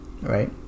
Right